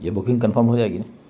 یہ booking confirm ہو جائے گی